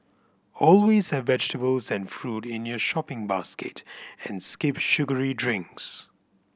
always have vegetables and fruit in your shopping basket and skip sugary drinks